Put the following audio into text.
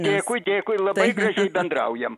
dėkui dėkui labai gražiai bendraujam